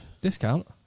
Discount